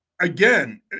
again